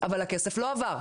אבל הכסף לא עבר,